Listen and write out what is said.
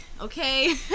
okay